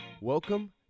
Welcome